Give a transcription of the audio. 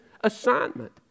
assignment